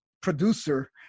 producer